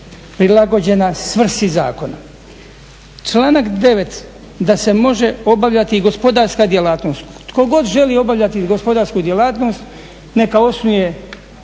prilagođena svrsi zakona. Članak 9. da se može obavljati i gospodarska djelatnost. Tko god želi obavljati gospodarsku djelatnost neka osnuje